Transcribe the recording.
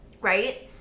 right